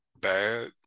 bad